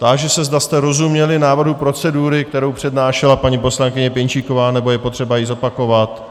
Táži se, zda jste rozuměli návrhu procedury, kterou přednášela paní poslankyně Pěnčíková, nebo je potřeba ji zopakovat?